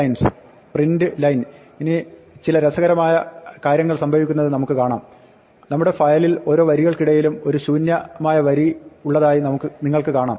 readlines print ഇനി ചില രസകരമായി കാര്യങ്ങൾ സംഭവിക്കുന്നത് നമുക്ക് കാണാം നമ്മുടെ ഫയലിൽ ഓരോ വരികൾക്കിടയിലും ഒരു ശൂന്യമായ വരിയുള്ളതായി നിങ്ങൾക്ക് കാണാം